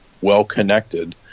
well-connected